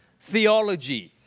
theology